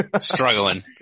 Struggling